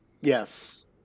Yes